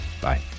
Bye